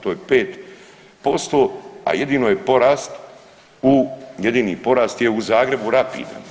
To je 5%, a jedino je porast, jedini porast je u Zagrebu rapidan.